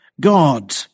God